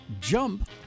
Jump